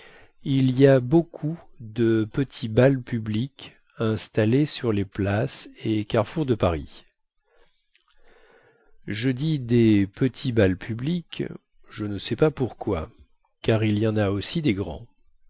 il y a beaucoup de petits bals publics installés sur les places et carrefours de paris je dis des petits bals publics je ne sais pas pourquoi car il y en a aussi des grands